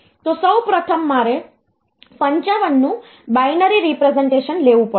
તો સૌ પ્રથમ મારે 55 નું બાઈનરી રીપ્રેસનટેશન લેવું પડશે